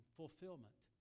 fulfillment